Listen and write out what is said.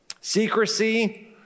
Secrecy